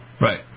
Right